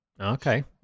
Okay